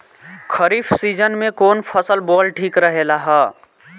खरीफ़ season में कौन फसल बोअल ठिक रहेला ह?